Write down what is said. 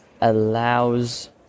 allows